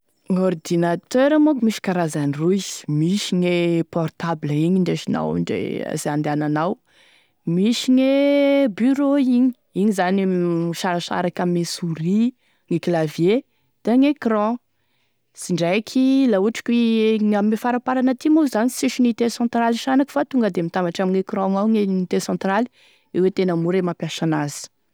Gn'ordinateur manko misy karazany roy misy gne portable igny indesinao ndre izay andehananao misy gne bureau igny igny zany e misarasaraky ame souris e clavier da gn'écran izy ndraiky la ohatry ky igny ame faraparany aty manko sy misy unité cenrale shanaky fa tonga a mitambatra amign' ecran gnao gne unité centrale io e tena mora e mampiasa an'azy.